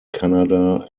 canada